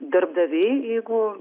darbdaviai jeigu